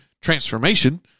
transformation